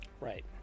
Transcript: Right